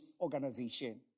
organization